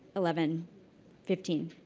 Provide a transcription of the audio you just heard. eleven fifteen.